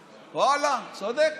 ואללה, צודק,